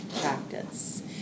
practice